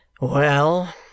Well